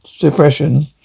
depression